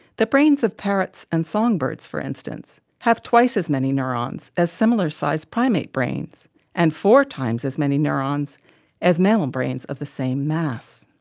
the brains of parrots and songbirds for instance have twice as many neurons as similar sized primate brains and four times as many neurons as mammal brains of the same mass.